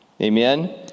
Amen